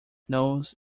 nose